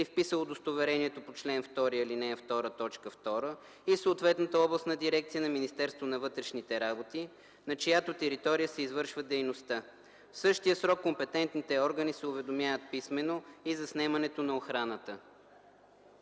вписал удостоверяването по чл. 2, ал. 2, т. 2, и съответната областна дирекция на Министерството на вътрешните работи, на чиято територия се извършва дейността. В същия срок компетентните органи се уведомяват писмено и за снемането на охраната.”